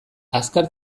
azkar